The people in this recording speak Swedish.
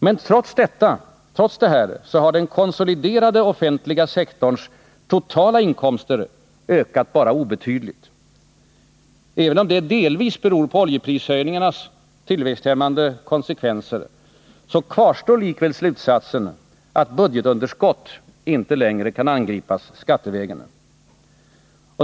Men trots detta har den konsoliderade offentliga sektorns totala inkomster ökat endast obetydligt. Även om detta delvis beror på oljeprishöjningarnas tillväxthämmande konsekvenser, kvarstår likväl slutsatsen, att budgetunderskott inte längre kan angripas skattevägen.